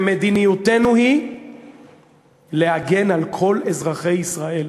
ומדיניותנו היא להגן על כל אזרחי ישראל,